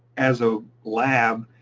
as a lab,